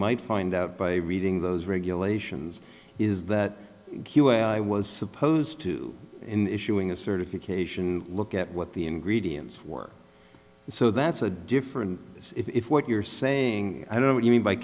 might find out by reading those regulations is that i was supposed to in issuing a certification look at what the ingredients were so that's a different if what you're saying i don't know what you mean by